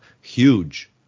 huge